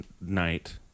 night